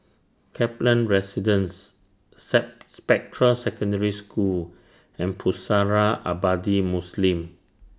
Kaplan Residence Spectra Secondary School and Pusara Abadi Muslim